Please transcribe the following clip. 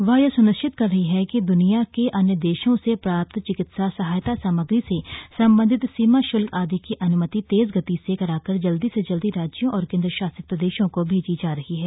वह यह सुनिश्चित कर रही है कि दुनिया के अन्य देशों से प्राप्त चिकित्सा सहायता सामग्री से संबंधित सीमा शुल्कआदि की अनुमति तेज गति से कराकर जल्दी से जल्दी राज्यों और केन्द्र शासित प्रदेशोंको भेजी जा रही है